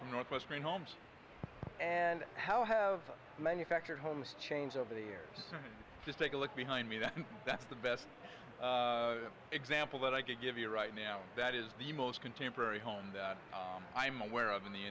from northwestern homes and how have manufactured homes changed over the years just take a look behind me that that's the best example that i can give you right now that is the most contemporary home i am aware of in the